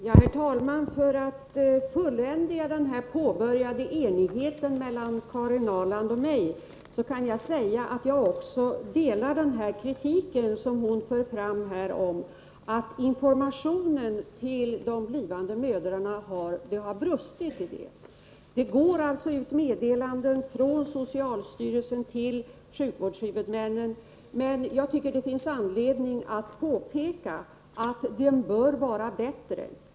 Herr talman! För att fullända den påbörjade enigheten mellan Karin Ahrland och mig kan jag säga att jag också delar den kritik som hon för fram här mot att det har brustit i informationen till de blivande mödrarna. Det går ut meddelanden från socialstyrelsen till sjukvårdshuvudmännen, men jag tycker att det finns anledning att påpeka att informationen bör vara bättre.